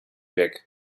bieg